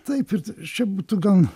taip ir čia būtų gan